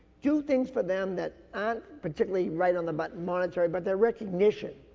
do things for them that and particularly right on the button merger but they're recognition.